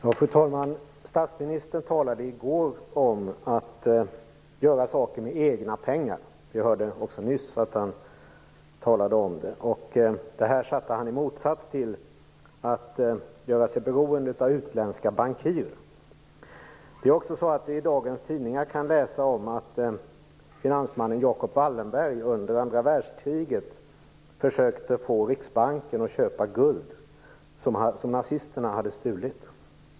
Fru talman! Statsministern talade i går om att göra saker med egna pengar. Vi hörde honom också nyss tala om detta. Detta satte han då i motsats till att göra sig beroende av utländska bankirer. Vi kan också i dagens tidningar läsa om att finansmannen Jacob Wallenberg under andra världskriget försökte få Riksbanken att köpa guld som nazisterna hade stulit.